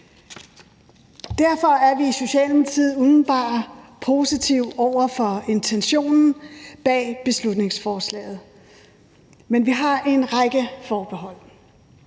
Derfor er vi i Socialdemokratiet umiddelbart positive over for intentionen bag beslutningsforslaget, men vi har en række forbehold.